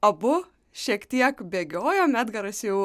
abu šiek tiek bėgiojom edgaras jau